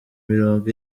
mirongo